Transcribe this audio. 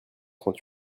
trente